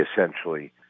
essentially